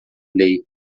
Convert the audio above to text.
lei